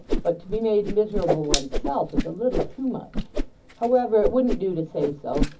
but to be made miserable one's self is a little too much however it wouldn't do to say so,